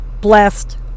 blessed